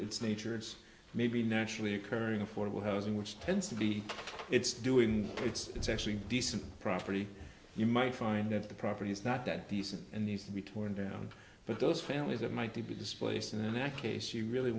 it's nature it's maybe naturally occurring affordable housing which tends to be it's doing it's actually decent property you might find that the property is not that decent and needs to be torn down but those families are might they be displaced in that case you really